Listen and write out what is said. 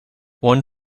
one